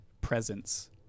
presence